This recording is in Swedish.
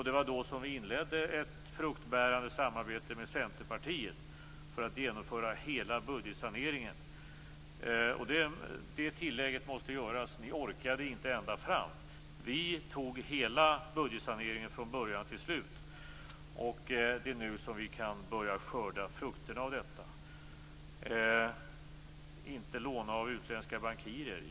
Det var då vi inledde ett fruktbärande samarbete med Centerpartiet för att genomföra hela budgetsaneringen. Det tillägget måste göras - ni orkade inte ända fram. Vi genomförde hela budgetsaneringen, från början till slut, och nu kan vi börja skörda frukterna av detta. Johan Lönnroth säger att vi inte skall låna från utländska bankirer.